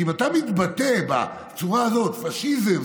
כי אם אתה מתבטא בצורה הזאת: פשיזם,